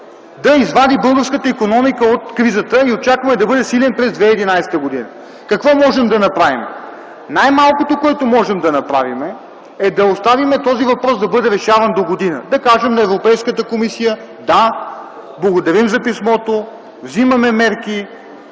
да извади българската икономика от кризата. Какво можем да направим? Най-малкото, което можем да направим, е да оставим този въпрос да бъде решаван догодина, да кажем на Европейската комисия - да, благодарим за писмото, вземаме мерки,